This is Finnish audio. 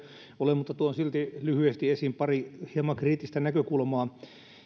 ole mutta tuon silti lyhyesti esiin pari hieman kriittistä näkökulmaa